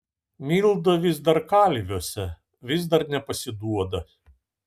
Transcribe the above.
milda vis dar kalviuose vis dar nepasiduoda